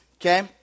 okay